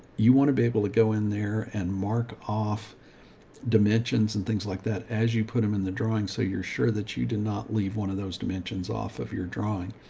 you want to be able to go in there and mark off dimensions and things like that as you put them in the drawing. so you're sure that you did not leave one of those dimensions off of your drawing.